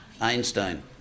Einstein